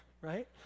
right